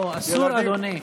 לא, אסור, אדוני.